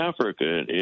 Africa